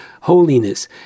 holiness